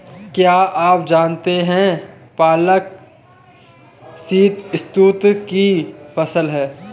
क्या आप जानते है पालक शीतऋतु की फसल है?